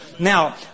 Now